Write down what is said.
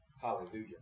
Hallelujah